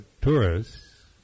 tourists